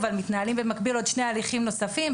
אבל מתנהלים במקביל עוד שני הליכים נוספים,